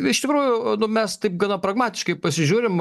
iš tikrųjų nu mes taip gana pragmatiškai pasižiūrim